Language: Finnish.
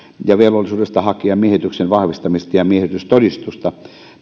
velvollisuudesta hakea miehityksen vahvistamista ja miehitystodistusta